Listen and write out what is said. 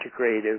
integrative